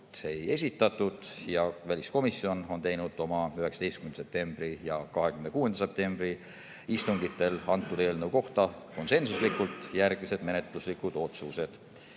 ei esitatud. Väliskomisjon on teinud oma 19. septembri ja 26. septembri istungitel eelnõu kohta konsensuslikult järgmised menetluslikud otsused: